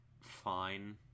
fine